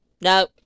No